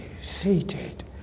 seated